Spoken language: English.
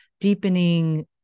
deepening